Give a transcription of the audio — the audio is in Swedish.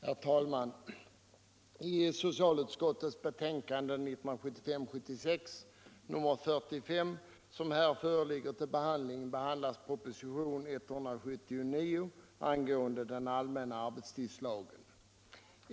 Herr talman! I socialutskottets betänkande 1975/76:45 behandlas propositionen 179 angående den allmänna arbetstidslagen.